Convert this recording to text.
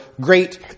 great